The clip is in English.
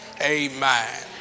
amen